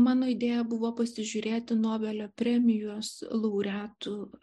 mano idėja buvo pasižiūrėti nobelio premijos laureatų